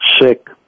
sick